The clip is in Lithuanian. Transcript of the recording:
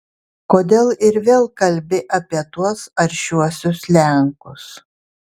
kodėl ir vėl kalbi apie tuos aršiuosius lenkus